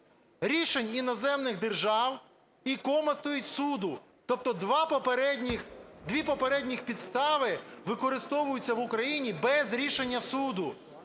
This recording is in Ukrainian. рішень іноземних держав і (кома стоїть) суду. Тобто дві попередніх підстави використовуються в Україні без рішення суду.